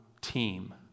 team